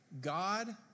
God